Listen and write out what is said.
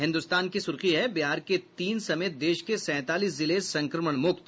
हिन्दुस्तान की सुर्खी बिहार के तीन समेत देश के सैंतालीस जिले संक्रमण मुक्त